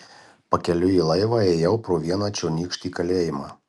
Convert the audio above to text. pakeliui į laivą ėjau pro vieną čionykštį kalėjimą